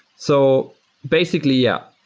so basically, yeah,